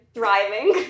thriving